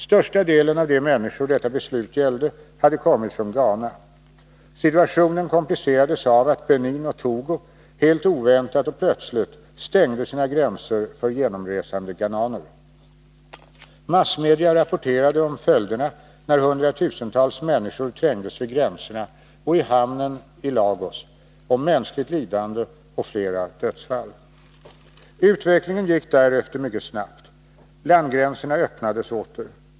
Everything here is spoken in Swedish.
Största delen av de människor detta beslut gällde hade kommit från Ghana. Situationen komplicerades av att Benin och Togo helt oväntat och plötsligt stängde sina gränser för genomresande ghananer. Massmedia rapporterade om följderna när hundratusentals människor trängdes vid gränserna och i hamnen i Lagos, om mänskligt lidande och flera dödsfall. Utvecklingen gick därefter mycket snabbt. Landgränserna öppnades åter.